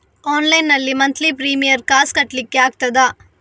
Online ನಲ್ಲಿ monthly premium ಕಾಸ್ ಕಟ್ಲಿಕ್ಕೆ ಆಗ್ತದಾ?